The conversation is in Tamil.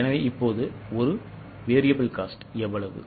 எனவே இப்போது ஒரு VC எவ்வளவு